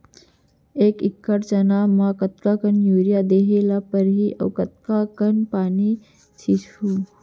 एक एकड़ चना म कतका यूरिया देहे ल परहि अऊ कतका कन पानी छींचहुं?